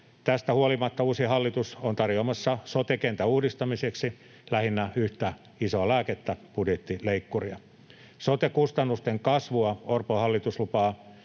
Tästä huolimatta uusi hallitus on tarjoamassa sote-kentän uudistamiseksi lähinnä yhtä isoa lääkettä, budjettileikkuria. Sote-kustannusten kasvua Orpon hallitus lupaa